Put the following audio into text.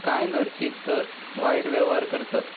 कांय नर्सीत तर वायट वेव्हार करतात